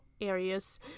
areas